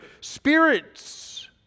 spirits